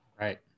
Right